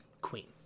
Queen